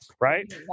right